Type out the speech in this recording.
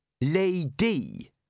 Lady